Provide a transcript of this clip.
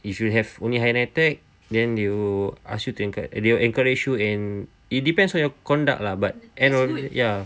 if you have only higher NITEC then you ask you to enco~ they will encourage you and it depends on your conduct lah but and all ya